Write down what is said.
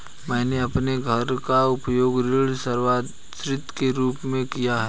मैंने अपने घर का उपयोग ऋण संपार्श्विक के रूप में किया है